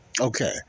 Okay